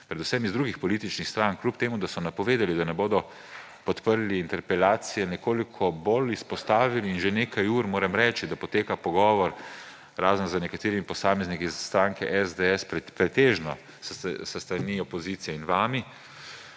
predvsem iz drugih političnih strank, čeprav so napovedali, da ne bodo podprli interpelacije, nekoliko bolj izpostavili. Že nekaj ur, moram reči, poteka pogovor – razen z nekaterimi posamezniki iz stranke SDS – pretežno s strani opozicije in vami.